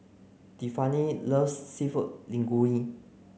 Tiffani loves Seafood Linguine